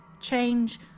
change